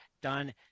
done